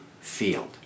field